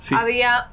había